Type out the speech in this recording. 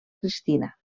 cristina